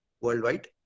worldwide